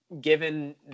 given